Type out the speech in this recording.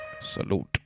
salute